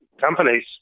companies